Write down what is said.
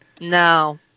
No